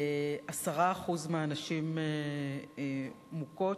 10% מהנשים מוכות.